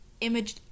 image